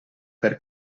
per